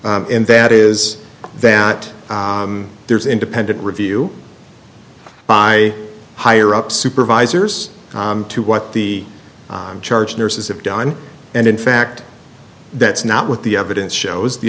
c and that is that there's independent review by higher ups supervisors to what the charge nurses have done and in fact that's not what the evidence shows the